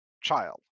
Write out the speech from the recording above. child